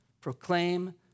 Proclaim